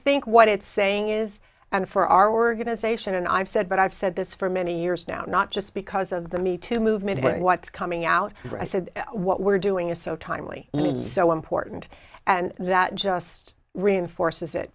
think what it's saying is and for our organization and i've said what i've said this for many years now not just because of the me too movement what's coming out i said what we're doing is so timely so important and that just reinforces it